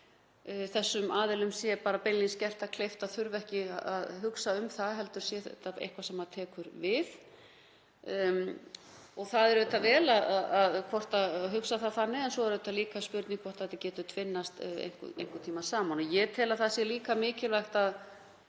þessum aðilum sé bara beinlínis gert það kleift að þurfa ekki að hugsa um það heldur sé þetta eitthvað sem tekur við. Það er auðvitað vel að hugsa það þannig. Svo er auðvitað líka spurning hvort þetta geti tvinnast einhvern tíma saman og ég tel að það sé líka mikilvægt að